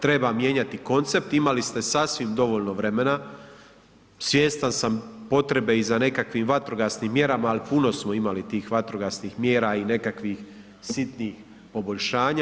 Treba mijenjati koncept, imali ste sasvim dovoljno vremena, svjestan sam potrebe i za nekakvim vatrogasnim mjerama, ali puno smo imali tih vatrogasnih mjera i nekakvih sitnih poboljšanja.